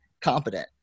competent